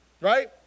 right